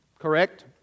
Correct